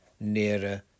nearer